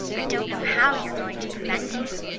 i don't know how you're going to prevent him,